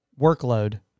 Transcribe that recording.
Workload